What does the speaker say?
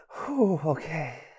okay